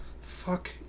Fuck